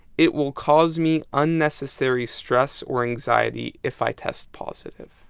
it will cause me unnecessary stress or anxiety if i test positive.